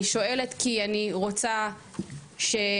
אני שואלת כי אני רוצה שנתעורר,